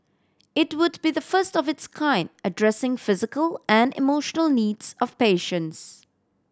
it would be the first of its kind addressing physical and emotional needs of patients